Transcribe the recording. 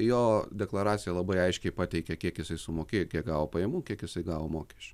jo deklaracija labai aiškiai pateikia kiek jisai sumokėjo kiek gavo pajamų kiek jisai gavo mokesčių